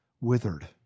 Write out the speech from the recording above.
withered